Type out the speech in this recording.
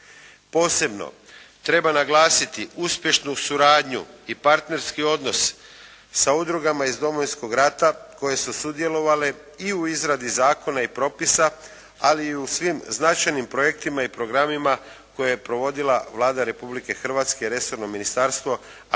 Posebno treba naglasiti uspješnu suradnju i partnerski odnos sa udrugama iz Domovinskog rata koje su sudjelovale i u izradi zakona i propisa ali i u svim značajnim projektima i programima koje je provodila Vlada Republike Hrvatske, resorno Ministarstvo a koji